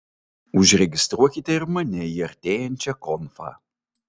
užregistruokite ir mane į artėjančią konfą